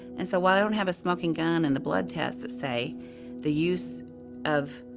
and so while i don't have a smoking gun and the blood tests that say the use of,